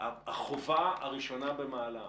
החובה הראשונה במעלה,